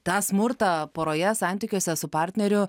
tą smurtą poroje santykiuose su partneriu